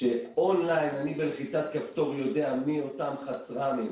שאון-ליין אני בלחיצת כפתור יותר מיהם אותם חצר"מים,